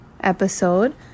episode